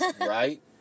right